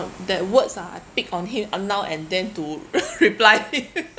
that words ah I pick on him uh now and then to reply him